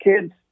kids